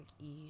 eat